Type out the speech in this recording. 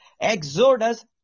Exodus